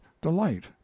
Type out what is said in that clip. delight